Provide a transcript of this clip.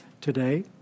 today